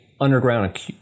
underground